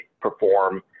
perform